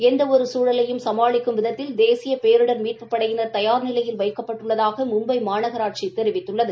எந்த ஒரு சூழலையும் சுமாளிக்கும் விதத்தில் தேசிய பேரிடர் மீட்புப் படையினர் தயார் நிலையில் வைக்கப்பட்டுள்ளதாக மும்பை மாநகராட்சி தெரிவித்துள்ளது